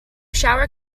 shower